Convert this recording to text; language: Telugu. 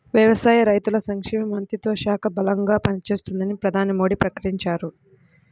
వ్యవసాయ, రైతుల సంక్షేమ మంత్రిత్వ శాఖ బలంగా పనిచేస్తుందని ప్రధాని మోడీ ప్రకటించారు